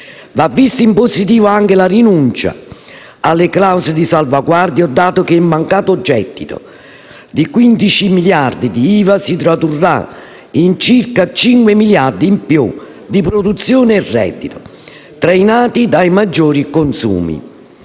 Va vista in positivo anche la rinuncia alle clausole di salvaguardia, dato che il mancato gettito di circa 15 miliardi di euro di IVA si tradurrà in circa 5 miliardi di euro in più di produzione e reddito, trainati dai maggiori consumi.